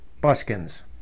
buskins